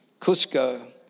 Cusco